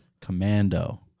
Commando